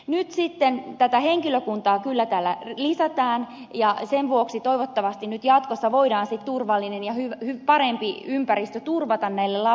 nyt sitten tätä henkilökuntaa kyllä täällä lisätään ja sen vuoksi toivottavasti nyt jatkossa voidaan sitten turvallinen ja parempi ympäristö turvata näille lapsille siellä